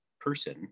person